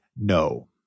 No